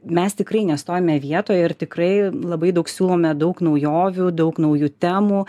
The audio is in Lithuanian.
mes tikrai nestovime vietoje ir tikrai labai daug siūlome daug naujovių daug naujų temų